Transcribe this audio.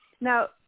Now